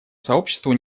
сообществу